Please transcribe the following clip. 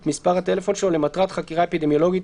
את מספר הטלפון שלו למטרת חקירה אפידמיולוגית,